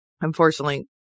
unfortunately